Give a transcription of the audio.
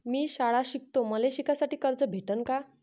मी शाळा शिकतो, मले शिकासाठी कर्ज भेटन का?